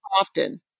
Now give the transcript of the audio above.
often